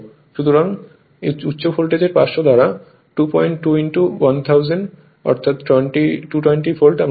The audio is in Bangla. সুতরাং উচ্চ ভোল্টেজ পার্শ্ব দ্বারা 221000 অর্থাৎ 220 ভোল্ট আমরা পাই